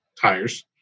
tires